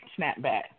snapback